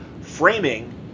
framing